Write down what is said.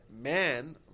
man